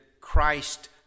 Christ